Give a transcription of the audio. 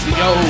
yo